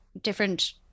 different